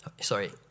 sorry